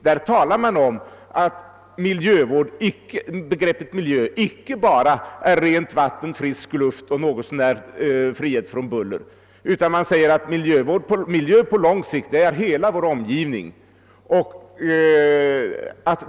Där står att begreppet miljö icke bara är rent vatten, frisk luft och något så när frihet från buller, utan miljö är på lång sikt hela vår omgivning.